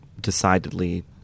decidedly